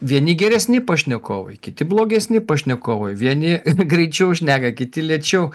vieni geresni pašnekovai kiti blogesni pašnekovai vieni greičiau šneka kiti lėčiau